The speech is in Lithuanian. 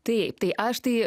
taip tai aš tai